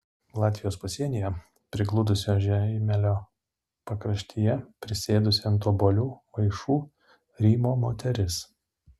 latvijos pasienyje prigludusio žeimelio pakraštyje prisėdusi ant obuolių maišų rymo moteris